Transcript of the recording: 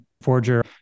Forger